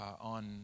on